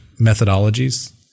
methodologies